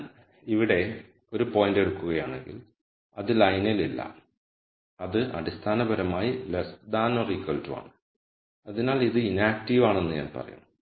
ഞാൻ ഇവിടെ ഒരു പോയിന്റ് എടുക്കുകയാണെങ്കിൽ അത് ലൈനിൽ ഇല്ല അത് അടിസ്ഥാനപരമായി ആണ് അതിനാൽ അത് ഇനാക്റ്റീവ് ആണെന്ന് ഞാൻ പറയും